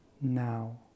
now